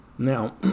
Now